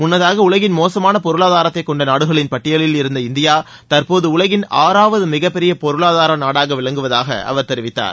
முன்னதாக உலகின் மோசமான பொருளாதாரத்தைக் கொண்ட நாடுகளின் பட்டியலில் இருந்த இந்தியா தற்போது உலகின் ஆறாவது மிகப்பெரிய பொருளாதார நாடாக விளங்குவதாக அவர் தெரிவித்தார்